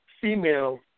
female